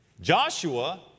Joshua